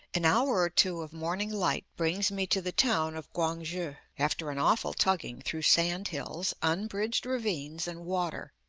an hour or two of morning light brings me to the town of quang-shi, after an awful tugging through sand-hills, unbridged ravines and water.